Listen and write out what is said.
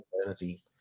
eternity